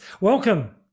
welcome